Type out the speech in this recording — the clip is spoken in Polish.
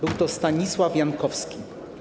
Był to Stanisław Jankowski.